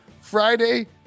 Friday